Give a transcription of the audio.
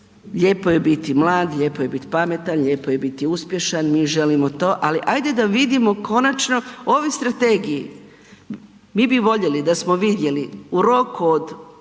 lijepo je biti mlad, lijepo je biti pametan, lijepo je biti uspješan, mi želimo to, ali ajde da vidimo konačno. U ovoj strategiji mi bi boljeli da smo vidjeli, u roku od